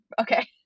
okay